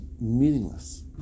meaningless